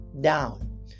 down